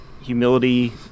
humility